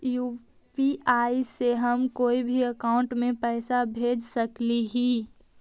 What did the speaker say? UPI से हम कोई के अकाउंट में पैसा भेज सकली ही?